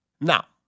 Now